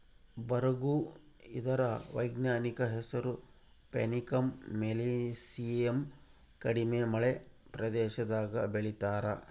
ಬರುಗು ಇದರ ವೈಜ್ಞಾನಿಕ ಹೆಸರು ಪ್ಯಾನಿಕಮ್ ಮಿಲಿಯೇಸಿಯಮ್ ಕಡಿಮೆ ಮಳೆ ಪ್ರದೇಶದಾಗೂ ಬೆಳೀತಾರ